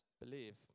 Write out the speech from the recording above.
believe